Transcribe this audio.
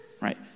right